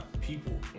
people